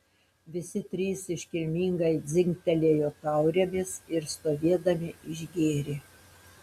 visi trys iškilmingai dzingtelėjo taurėmis ir stovėdami išgėrė